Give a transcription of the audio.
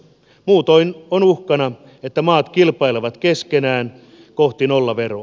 muutoin on uhkana että maat kilpailevat keskenään kohti nollaveroa